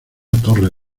torre